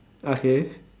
okay